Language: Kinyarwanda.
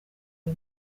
uyu